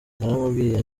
naramubwiye